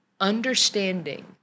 understanding